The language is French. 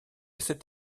cet